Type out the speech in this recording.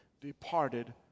departed